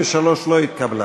33 לא התקבלה.